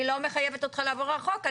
אני לא מחייבת אותך לעבור על החוק.